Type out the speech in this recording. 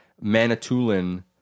Manitoulin